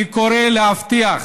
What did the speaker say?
אני קורא להבטיח